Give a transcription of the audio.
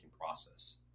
process